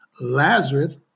Lazarus